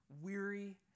weary